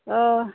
অঁ